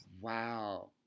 Wow